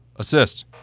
Assist